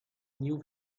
new